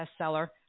bestseller